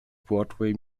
broadway